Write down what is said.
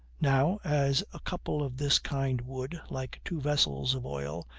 now, as a couple of this kind would, like two vessels of oil,